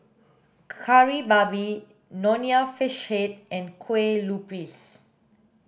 kari babi nonya fish head and kueh lupis